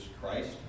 Christ